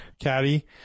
caddy